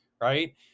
right